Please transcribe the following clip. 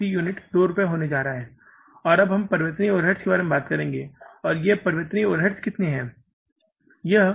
यह प्रति यूनिट 2 रुपये होने जा रहा है और अब हम परिवर्तनीय ओवरहेड के बारे में बात करते हैं और परिवर्तनीय ओवरहेड कितने हैं